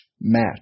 Match